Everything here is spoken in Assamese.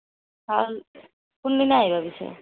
চাউল কোনদিনা আহিবা পিছে